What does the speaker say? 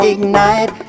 Ignite